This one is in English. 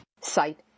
site